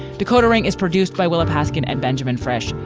decoder ring is produced by willa paskin and benjamin fresh.